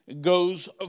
goes